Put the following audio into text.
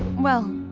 well,